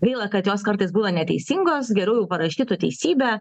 gaila kad jos kartais buvo neteisingos geriau jau parašytų teisybę